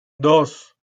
dos